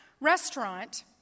restaurant